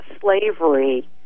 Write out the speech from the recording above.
slavery